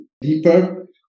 deeper